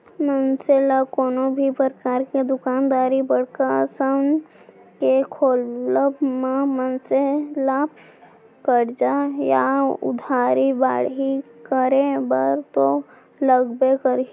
मनसे ल कोनो भी परकार के दुकानदारी बड़का असन के खोलब म मनसे ला करजा या उधारी बाड़ही करे बर तो लगबे करही